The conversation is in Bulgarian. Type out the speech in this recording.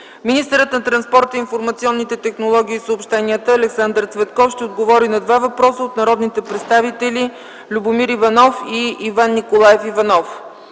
Министърът на транспорта, информационните технологии и съобщенията Александър Цветков ще отговори на два въпроса от народните представители Любомир Иванов и Иван Николаев Иванов.